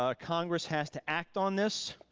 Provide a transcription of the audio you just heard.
ah congress has to act on this.